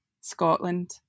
Scotland